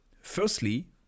firstly